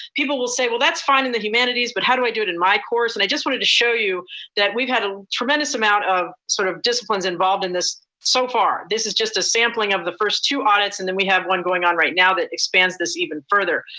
people will say, well, that's fine in the humanities, but how do i do it in my course? and i just wanted to show you that we've had a tremendous amount of sort of disciplines involved in this so far. this is just a sampling of the first two audits and then we have one going on right now that expands this even further.